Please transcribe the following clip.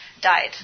died